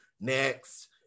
Next